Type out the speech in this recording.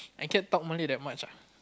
I can't talk Malay that much ah